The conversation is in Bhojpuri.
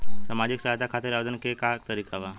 सामाजिक सहायता खातिर आवेदन के का तरीका बा?